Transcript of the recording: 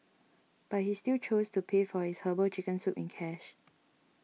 but he still chose to pay for his Herbal Chicken Soup in cash